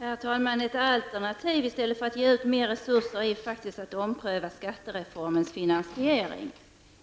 Herr talman! Ett alternativ i stället för att ge mer resurser är faktiskt att ompröva skattereformens finansiering.